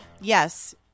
yes